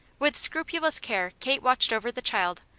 with scrupulous care kate watched over the child,